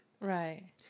Right